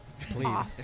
Please